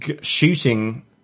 shooting